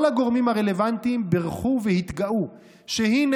כל הגורמים הרלוונטיים בירכו והתגאו שהינה